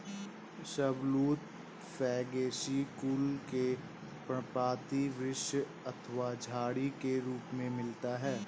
शाहबलूत फैगेसी कुल के पर्णपाती वृक्ष अथवा झाड़ी के रूप में मिलता है